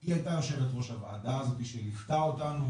היא הייתה יושבת ראש הוועדה הזאת שליוותה אותנו,